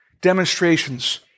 Demonstrations